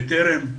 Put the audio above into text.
"בטרם".